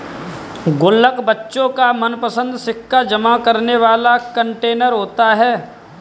गुल्लक बच्चों का मनपंसद सिक्का जमा करने वाला कंटेनर होता है